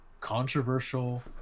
controversial